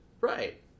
Right